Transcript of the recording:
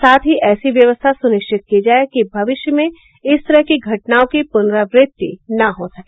साथ ही ऐसी व्यवस्था सुनिश्चित की जाये कि भविष्य में इस तरह की घटनाओं की पुनरावृत्ति न हो सके